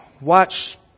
watch